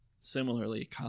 Similarly